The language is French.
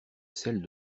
celles